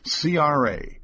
CRA